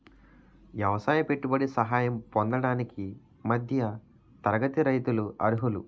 ఎవసాయ పెట్టుబడి సహాయం పొందడానికి మధ్య తరగతి రైతులు అర్హులు